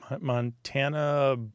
Montana